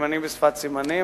מתורגמנים לשפת סימנים.